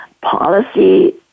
policy